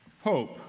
hope